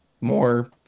more